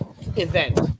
event